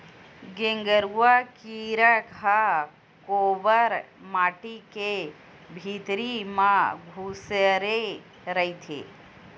गेंगरूआ कीरा ह कोंवर माटी के भितरी म खूसरे रहिथे